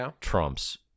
trumps